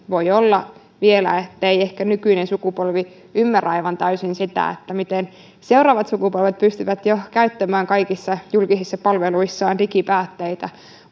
voi olla ettei nykyinen sukupolvi ehkä vielä ymmärrä aivan täysin sitä miten seuraavat sukupolvet pystyvät jo käyttämään kaikissa julkisissa palveluissaan digipäätteitä